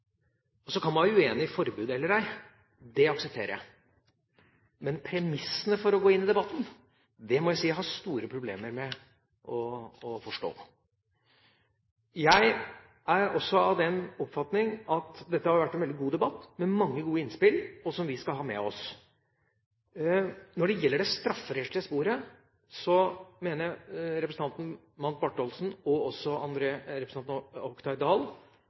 Så kan man være uenig i om det skal være forbud eller ei. Det aksepterer jeg. Men premissene for å gå inn i debatten har jeg store problemer med å forstå. Jeg er også av den oppfatning at dette har vært en veldig god debatt, med mange gode innspill som vi skal ha med oss. Når det gjelder det strafferettslige sporet, mener jeg at representanten Mandt og også representanten